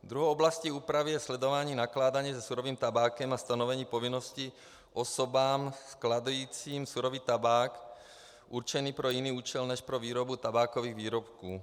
Druhou oblastí úpravy je sledování nakládání se surovým tabákem a stanovení povinnosti osobám skladujícím surový tabák určený pro jiný účel než pro výrobu tabákových výrobků.